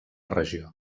regió